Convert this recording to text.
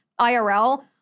IRL